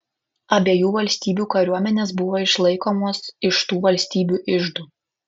abiejų valstybių kariuomenės buvo išlaikomos iš tų valstybių iždų